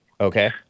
Okay